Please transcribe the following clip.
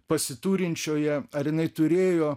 pasiturinčioje ar jinai turėjo